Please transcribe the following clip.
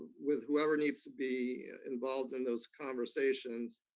with whoever needs to be involved in those conversations,